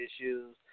issues